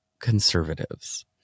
conservatives